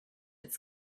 its